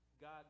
God